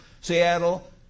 Seattle